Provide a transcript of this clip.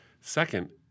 Second